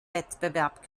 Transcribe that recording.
wettbewerb